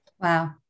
Wow